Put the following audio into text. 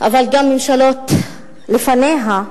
אבל גם ממשלות לפניה,